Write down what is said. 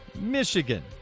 Michigan